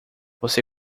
você